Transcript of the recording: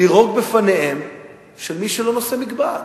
בפניו של מי שלא נושא מגבעת.